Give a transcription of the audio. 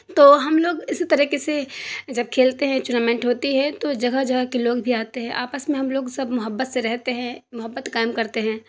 تو ہم لوگ اسی طریقے سے جب کھیلتے ہیں چونامنٹ ہوتی ہے تو جگہ جگہ کے لوگ بھی آتے ہیں آپس میں ہم لوگ سب محبت سے رہتے ہیں محبت قائم کرتے ہیں